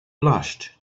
blushed